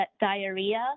diarrhea